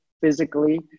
physically